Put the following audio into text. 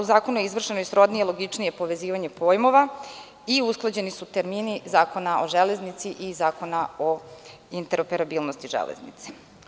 U zakonu je izvršeno srodnije i logičnije povezivanje pojmova i usklađeni su termini Zakona o železnici i Zakona o interoperabilnosti železnice.